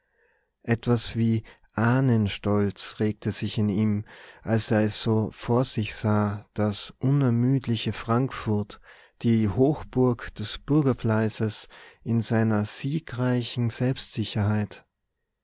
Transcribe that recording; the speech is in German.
etwas wie ahnenstolz regte sich in ihm als er es so vor sich sah das unermüdliche frankfurt die hochburg des bürgerfleißes in seiner siegreichen